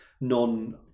non